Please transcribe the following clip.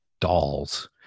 dolls